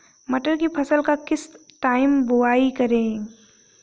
मटर की फसल का किस टाइम बुवाई करें?